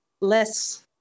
less